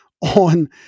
on